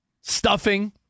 Stuffing